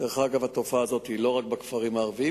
דרך אגב, התופעה היא לא רק בכפרים הערביים.